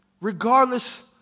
regardless